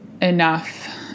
enough